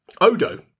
Odo